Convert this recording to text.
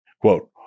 Quote